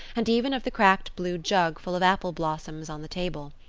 and even of the cracked blue jug full of apple blossoms on the table.